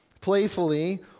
playfully